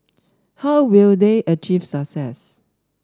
how will they achieve success